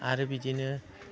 आरो बिदिनो